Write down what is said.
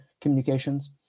communications